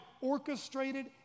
orchestrated